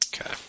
Okay